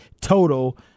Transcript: total